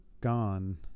gone